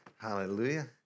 Hallelujah